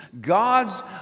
God's